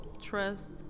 Trust